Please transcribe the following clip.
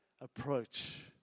approach